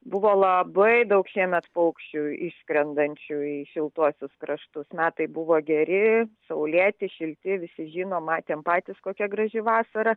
buvo labai daug šiemet paukščių išskrendančių į šiltuosius kraštus metai buvo geri saulėti šilti visi žino matėm patys kokia graži vasara